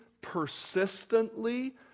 persistently